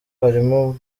harimo